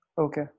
Okay